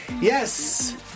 Yes